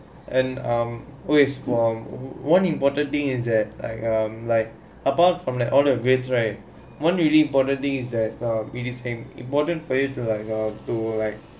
and um always um one important thing is like um like um like apart from like all your grades right one really important thing is that it is important for you to like to like